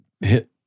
hit